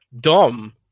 dumb